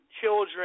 children